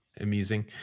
amusing